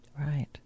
Right